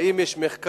האם יש מחקר